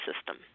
system